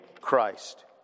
Christ